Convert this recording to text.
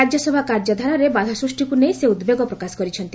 ରାଜ୍ୟସଭା କାର୍ଯ୍ୟଧାରାରେ ବାଧାସୃଷ୍ଟିକୁ ନେଇ ସେ ଉଦ୍ବେଗ ପ୍ରକାଶ କରିଛନ୍ତି